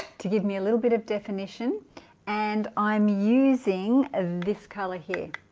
to give me a little bit of definition and i'm using of this color here